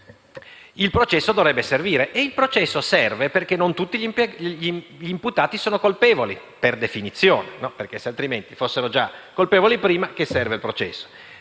il processo dovrebbe servire; e il processo serve perché non tutti gli imputati sono colpevoli per definizione. Altrimenti, se fossero già colpevoli a che servirebbe il processo?